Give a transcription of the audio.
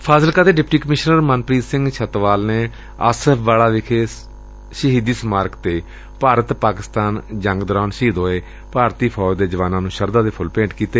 ਫਾਜ਼ਿਲਕਾ ਦੇ deputy commissioner Manpreet Singh Chhatwal ਨੇ ਆਸਫ ਵਾਲਾ ਵਿਖੇ ਸਬਿਤ ਸ਼ਹੀਦੀ ਸਮਾਰਕ ਵਿਖੇ ਭਾਰਤ ਪਾਕਿ ਜੰਗ ਦੌਰਾਨ ਸ਼ਹੀਦ ਹੋਏ ਭਾਰਤੀ ਸੈਨਾ ਦੇ ਜਵਾਨਾਂ ਨੂੰ ਸ਼ਰਧਾ ਦੇ ਫੁੱਲ ਭੇਂਟ ਕੀਤੇ